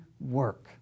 work